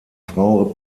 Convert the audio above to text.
frau